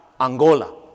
Angola